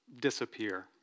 disappear